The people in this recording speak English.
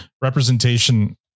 representation